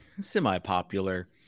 semi-popular